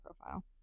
profile